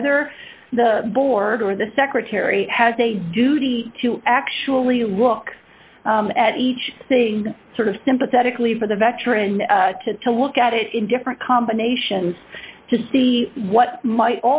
whether the board or the secretary has a duty to actually look at each thing sort of sympathetically for the veteran to look at it in different combinations to see what might